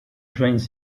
drains